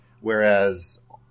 whereas